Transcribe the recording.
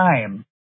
time